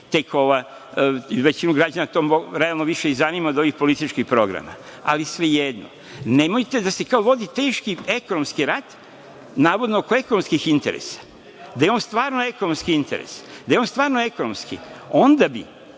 je tek, većinu građana realno to više i zanima, od ovih političkih programa, ali svejedno. Nemojte da se kao vodi teški ekonomski rat, navodno oko ekonomskih interesa, da je on stvarno ekonomski interes, onda bi